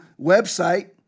website